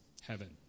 heaven